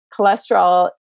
cholesterol